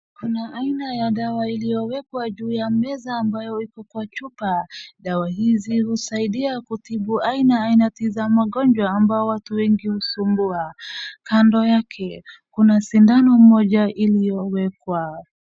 Kna aina ya dawa iliyowekwa juu ya meza ambayo iko kwa chupa. Dawa hizi husaidia kutibu aina ainati za magonjwa ambao watu wengi husumbua. Kando yake kuna sindano moja iliyowekwa.